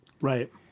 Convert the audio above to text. Right